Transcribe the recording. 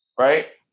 Right